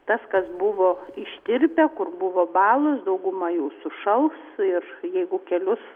tas kas buvo ištirpę kur buvo balos dauguma jų sušals ir jeigu kelius